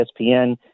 ESPN